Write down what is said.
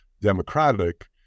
democratic